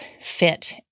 fit